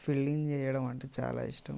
fielding చేయడం అంటే చాలా ఇష్టం